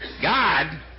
God